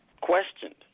questioned